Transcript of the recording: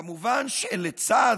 כמובן שלצד